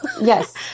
Yes